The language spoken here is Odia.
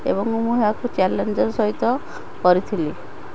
ଏବଂ ମୁଁ ଏହାକୁ ଚ୍ୟାଲେଞ୍ଜର ସହିତ କରିଥିଲି